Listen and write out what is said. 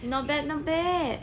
not bad not bad